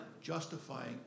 justifying